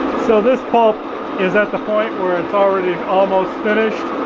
so this pulp is at the point where it's already almost finished